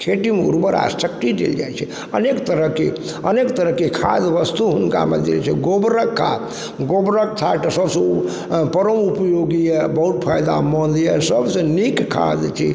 खेतीमे उर्वरा शक्ति देल जाइ छै अनेक तरहके अनेक तरहके खाद वस्तु हुनकामे देल जाइ छै गोबरक खाद गोबरक खाद तऽ सब से परम उपयोगी यऽ बहुत फायदामन्द यऽ सबसँँ नीक खाद छी